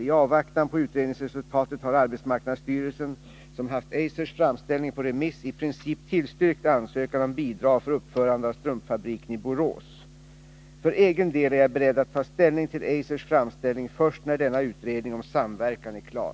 I avvaktan på utredningsresultatet har arbetsmarknadsstyrelsen, som haft Eisers framställning på remiss, i princip tillstyrkt ansökan om bidrag för uppförande av strumpfabriken i Borås. För egen del är jag beredd att ta ställning till Eisers framställning först när denna utredning om samverkan är klar.